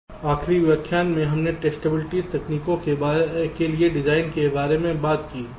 इसलिए आखिरी व्याख्यान में हमने टेस्टएबिलिटी तकनीक के लिए डिजाइन के बारे में बात की